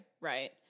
Right